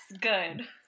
Good